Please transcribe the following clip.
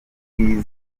bwiza